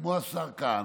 כמו השר כהנא,